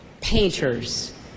Painters